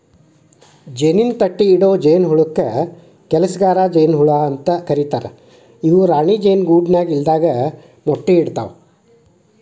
ಜೇನಿನ ತಟ್ಟಿಇಡೊ ಜೇನಹುಳಕ್ಕ ಕೆಲಸಗಾರ ಜೇನ ಹುಳ ಅಂತ ಕರೇತಾರ ಇವು ರಾಣಿ ಜೇನು ಗೂಡಿನ್ಯಾಗ ಇಲ್ಲದಾಗ ಮೊಟ್ಟಿ ಇಡ್ತವಾ